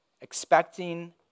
expecting